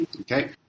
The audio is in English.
Okay